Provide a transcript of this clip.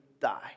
die